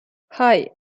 hei